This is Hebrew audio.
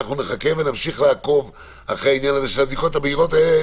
אנחנו נחכה ונמשיך לעקוב אחרי העניין של הבדיקות המהירות.